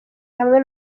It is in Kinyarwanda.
hamwe